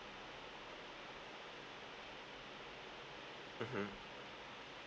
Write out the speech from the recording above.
mmhmm